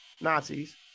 Nazis